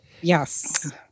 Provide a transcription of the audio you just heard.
Yes